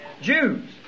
Jews